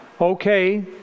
okay